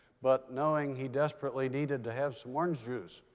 but knowing he desperately needed to have some orange juice.